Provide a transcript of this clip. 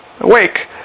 wake